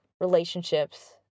relationships